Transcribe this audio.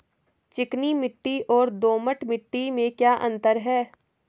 चिकनी मिट्टी और दोमट मिट्टी में क्या अंतर है?